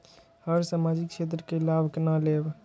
हम सामाजिक क्षेत्र के लाभ केना लैब?